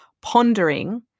pondering